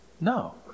No